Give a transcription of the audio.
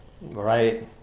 Right